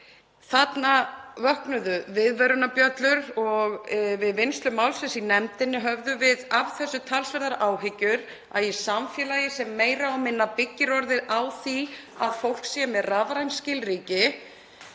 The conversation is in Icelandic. þarna viðvörunarbjöllur. Við vinnslu málsins í nefndinni höfðum við af því talsverðar áhyggjur að í samfélagi sem meira og minna byggir orðið á því að fólk sé með rafræn skilríki